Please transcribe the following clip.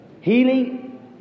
Healing